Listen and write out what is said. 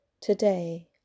today